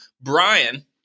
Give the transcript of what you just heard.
Brian